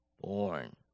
born